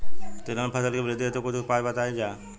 तिलहन फसल के वृद्धी हेतु कुछ उपाय बताई जाई?